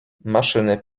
maszyny